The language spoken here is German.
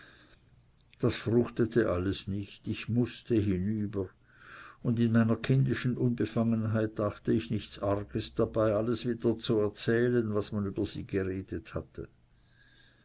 das fruchtete alles nicht ich mußte hinüber und in meiner kindischen unbefangenheit dachte ich nichts arges dabei alles wieder zu erzählen was man über sie geredet hatte